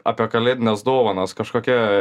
apie kalėdines dovanas kažkokia